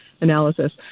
analysis